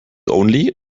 only